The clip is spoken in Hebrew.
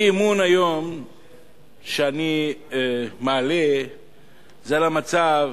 האי-אמון שאני מעלה היום הוא בעקבות המצב